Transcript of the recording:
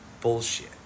bullshit